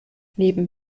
neben